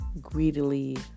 greedily